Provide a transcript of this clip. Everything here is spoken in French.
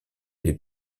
les